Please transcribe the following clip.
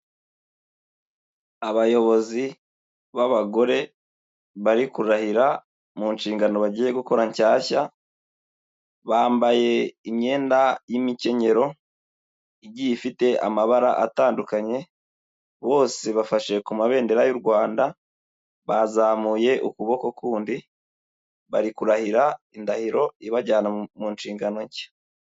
Abayobozi b'abagore bari kurahira mu nshingano bagiye gukora nshyashya, bambaye imyenda y'imikenyero igiye ifite amabara atandukanye, bose bafashe ku mabendera y'u Rwanda, bazamuye ukuboko kundi bari kurahira indahiro ibajyana mu nshingano nshya.